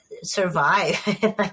survive